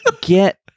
get